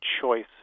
choice